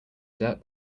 dirt